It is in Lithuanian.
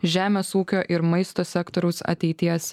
žemės ūkio ir maisto sektoriaus ateities